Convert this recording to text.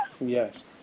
Yes